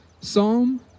psalm